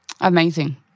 Amazing